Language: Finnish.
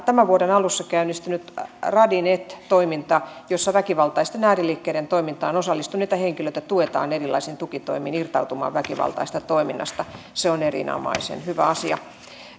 tämän vuoden alussa käynnistynyt radinet toiminta jossa väkivaltaisten ääriliikkeiden toimintaan osallistuneita henkilöitä tuetaan erilaisin tukitoimin irtautumaan väkivaltaisesta toiminnasta se on erinomaisen hyvä asia